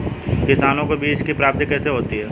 किसानों को बीज की प्राप्ति कैसे होती है?